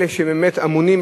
אלה שבאמת אמונים,